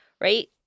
right